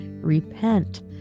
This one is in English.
Repent